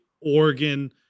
Oregon